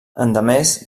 endemés